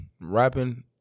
rapping